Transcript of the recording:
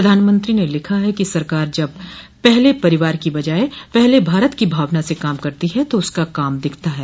प्रधानमंत्री ने लिखा है कि सरकार जब पहले परिवार की बजाय पहले भारत की भावना से काम करती है तो उसका काम दिखता है